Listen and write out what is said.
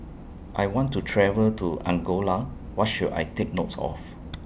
I want to travel to Angola What should I Take Notes of